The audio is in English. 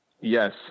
Yes